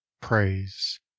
Praise